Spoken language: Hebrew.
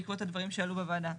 בעקבות הדברים שעלו בוועדה.